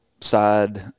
side